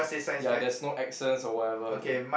ya there's no accents or whatever there